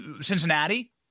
Cincinnati